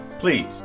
Please